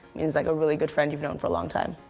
means like a really good friend you've known for a long time.